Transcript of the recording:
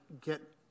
get